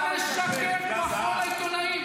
אתה משקר כמו אחרון העיתונאים,